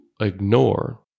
ignore